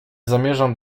zamierzałam